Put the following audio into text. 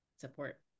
support